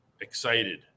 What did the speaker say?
excited